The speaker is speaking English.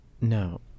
No